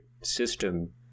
system